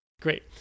Great